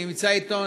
שנמצא אתנו,